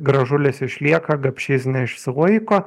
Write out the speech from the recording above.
gražulis išlieka gapšys neišsilaiko